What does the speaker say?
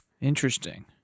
Interesting